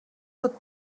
tot